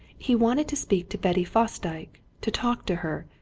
he wanted to speak to betty fosdyke to talk to her.